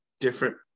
different